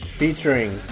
featuring